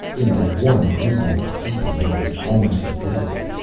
in the warm gloom of evening he was almost invisible.